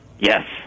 Yes